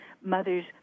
mothers